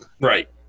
Right